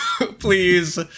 Please